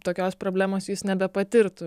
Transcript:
tokios problemos jis nebepatirtų